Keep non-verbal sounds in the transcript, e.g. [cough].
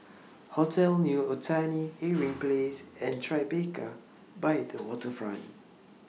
[noise] Hotel New Otani Irving Place and Tribeca By The Waterfront